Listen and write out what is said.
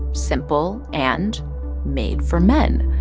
simple and made for men.